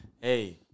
Hey